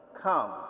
come